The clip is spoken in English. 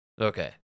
Okay